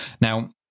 Now